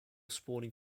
sporting